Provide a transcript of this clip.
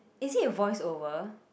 is it a voice-over